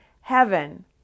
heaven